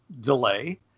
delay